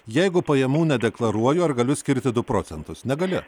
jeigu pajamų nedeklaruoju ar galiu skirti du procentus negali